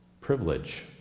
privilege